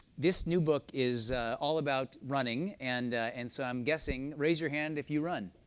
this new book is all about running, and and so i'm guessing raise your hand if you run.